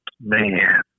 man